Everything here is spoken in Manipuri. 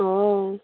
ꯑꯣ